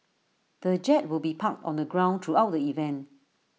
the jet will be parked on the ground throughout the event